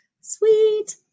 Sweet